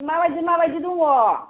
माबायदि माबायदि दङ